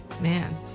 man